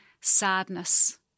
sadness